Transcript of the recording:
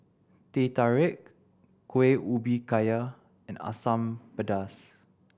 Teh Tarik Kuih Ubi Kayu and Asam Pedas